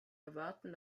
erwarten